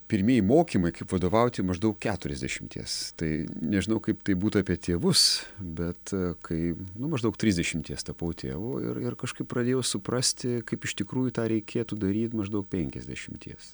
pirmieji mokymai kaip vadovauti maždaug keturiasdešimties tai nežinau kaip tai būtų apie tėvus bet kai nu maždaug trisdešimties tapau tėvu ir ir kažkaip pradėjau suprasti kaip iš tikrųjų tą reikėtų daryt maždaug penkiasdešimties